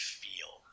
feel